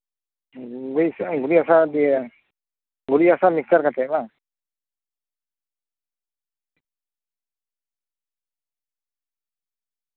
ᱦᱩᱸ ᱵᱟᱹᱭᱥᱟᱹᱜᱼᱟ ᱜᱩᱨᱤᱡ ᱦᱟᱥᱟ ᱫᱤᱭᱮ ᱜᱩᱨᱤᱡ ᱦᱟᱥᱟ ᱢᱮᱥᱟ ᱠᱟᱛᱮ ᱵᱟᱝ